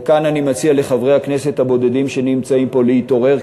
וכאן אני מציע לחברי הכנסת הבודדים שנמצאים פה להתעורר,